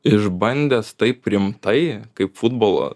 išbandęs taip rimtai kaip futbolo